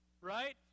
right